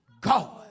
God